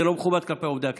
זה לא מכובד כלפי עובדי הכנסת.